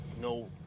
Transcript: no